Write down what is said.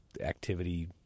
activity